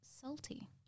salty